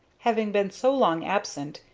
having been so long absent,